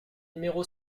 numéro